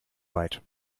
weit